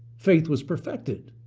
faith was perfected.